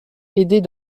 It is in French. aidaient